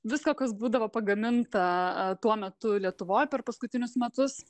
viską kas būdavo pagaminta tuo metu lietuvoj per paskutinius metus